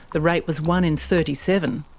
the rate was one in thirty seven.